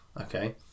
Okay